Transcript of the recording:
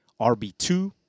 RB2